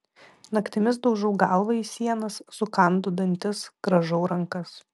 naktimis daužau galvą į sienas sukandu dantis grąžau rankas